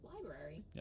library